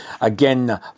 Again